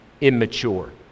immature